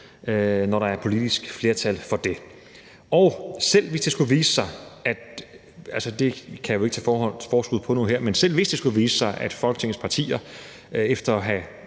når der er politisk flertal for det. Selv hvis det skulle vise sig, og det kan jeg jo ikke tage forskud på her, at Folketingets partier efter at have